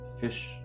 fish